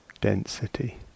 density